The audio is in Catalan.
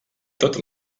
tot